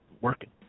working